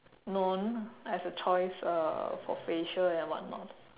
known as a choice uh for facial and whatnot